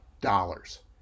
dollars